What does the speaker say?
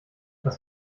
was